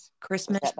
Christmas